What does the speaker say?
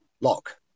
lock